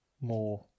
more